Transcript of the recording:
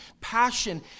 passion